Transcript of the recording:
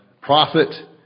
prophet